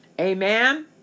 Amen